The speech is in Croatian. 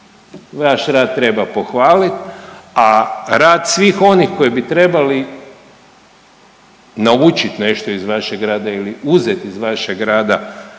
Vaš rad treba pohvaliti, a rad svih onih koji bi trebali naučiti nešto iz vašeg rada ili uzeti iz vašeg rada